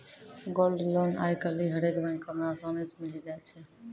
gold loan आइ काल्हि हरेक बैको मे असानी से मिलि जाय छै